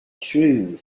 true